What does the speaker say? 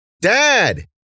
Dad